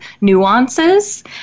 nuances